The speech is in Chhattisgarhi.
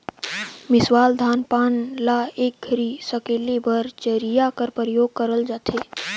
मिसावल धान पान ल एक घरी सकेले बर चरहिया कर परियोग करल जाथे